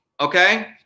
okay